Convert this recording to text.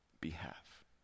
behalf